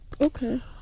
okay